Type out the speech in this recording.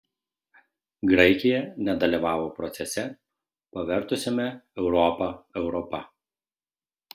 graikija nedalyvavo procese pavertusiame europą europa